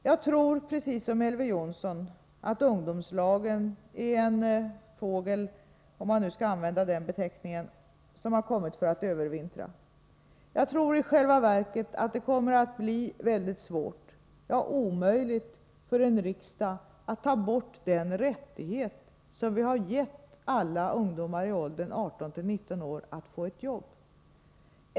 Jag tror precis som Elver Jonsson att ungdomslagen är en fågel — om vi nu skall använda den beteckningen — som har kommit för att övervintra. Jag tror i själva verket att det kommer att bli mycket svårt, ja omöjligt, för en riksdag att ta bort den rättighet som vi har gett alla ungdomar i åldern 18-19 år att få ett jobb.